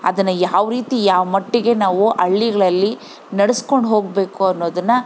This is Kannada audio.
ಅದನ್ನು ಯಾವರೀತಿ ಯಾವ ಮಟ್ಟಿಗೆ ನಾವು ಹಳ್ಳಿಗ್ಳಲ್ಲಿ ನಡಸ್ಕೊಂಡು ಹೋಗಬೇಕು ಅನ್ನೋದನ್ನ